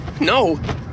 No